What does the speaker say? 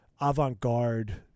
avant-garde